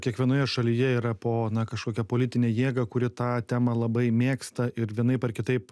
kiekvienoje šalyje yra po na kažkokią politinę jėgą kuri tą temą labai mėgsta ir vienaip ar kitaip